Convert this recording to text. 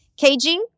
KG